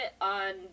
on